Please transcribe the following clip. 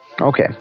Okay